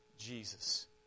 jesus